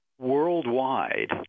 worldwide—